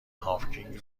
هاوکینگ